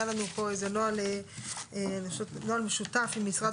היה לנו פה נוהל משותף עם משרד